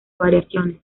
variaciones